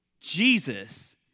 Jesus